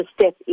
step